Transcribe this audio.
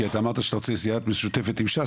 כי אתה אמרת שאתה רוצה ישיבת סיעה משותפת עם ש"ס,